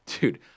dude